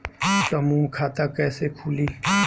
समूह खाता कैसे खुली?